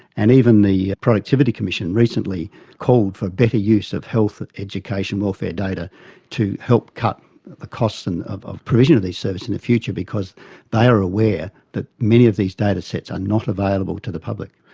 and even the productivity commission recently called for better use of health education welfare data to help cut the costs and of of provision of these services in the future because they are aware that many of these datasets are not available to the public.